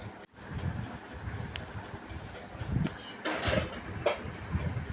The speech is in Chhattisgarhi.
देवारी म मासिक ऋण मिल सकत हे?